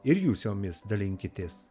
ir jūs jomis dalinkitės